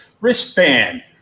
wristband